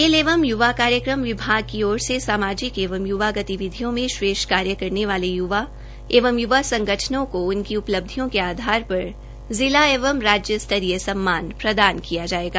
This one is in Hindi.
खेल एवं युवा कार्यक्रम विभाग की ओर से सामाजिक एवं युवा गतिविधियों में श्रेष्ठ कार्य करने वाले युवा एवं युवा संगठनों को उनकी उपलब्धियों के आधार पर जिला एवं राज्य स्तरीय सम्मान प्रदान किया जायेगा